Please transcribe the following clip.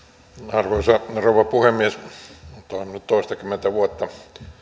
arvoisa rouva puhemies olen toiminut toistakymmentä vuotta